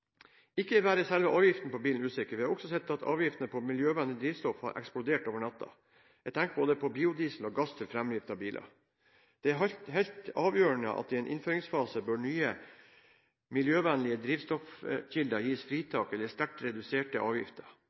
Ikke bare er selve avgiften på bilen usikker, vi har også sett at avgiftene på miljøvennlig drivstoff har eksplodert over natten. Jeg tenker både på biodiesel og på gass til framdrift av biler. Det er helt avgjørende i en innføringsfase at nye, miljøvennlige drivstoffkilder gis fritak eller sterkt reduserte avgifter.